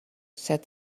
said